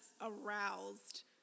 aroused